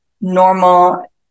normal